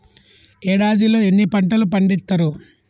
ఏడాదిలో ఎన్ని పంటలు పండిత్తరు?